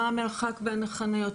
מה המרחק בין החניות,